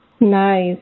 nice